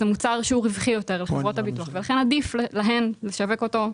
זה מוצר שהוא רווחי יותר לחברות הביטוח ולכן עדיף להן לשווק אותו,